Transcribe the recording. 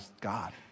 God